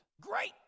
Great